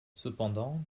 cependant